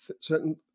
certain